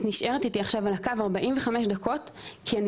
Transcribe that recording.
את נשארת איתי עכשיו על הקו 45 דקות כי אני